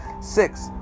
Six